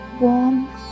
warm